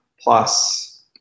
plus